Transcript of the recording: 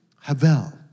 Havel